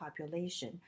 population